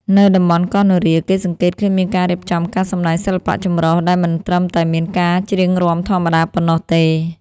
នៅតំបន់កោះនរា គេសង្កេតឃើញមានការរៀបចំការសម្តែងសិល្បៈចម្រុះ ដែលមិនត្រឹមតែមានការច្រៀងរាំធម្មតាប៉ុណ្ណោះទេ។